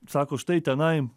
sako štai tenai